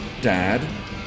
dad